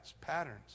patterns